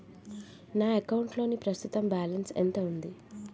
నా అకౌంట్ లోని ప్రస్తుతం బాలన్స్ ఎంత ఉంది?